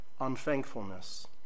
unthankfulness